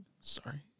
Sorry